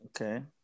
Okay